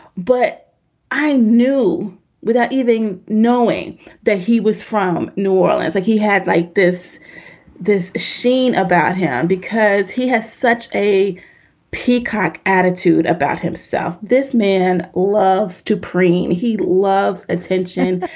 but i knew without even knowing that he was from new orleans, like he had like this this sheen about him because he has such a peacock attitude about himself. this man loves to preen. he loves attention.